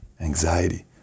anxiety